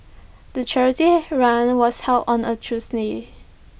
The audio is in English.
the charity run was held on A Tuesday